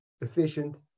efficient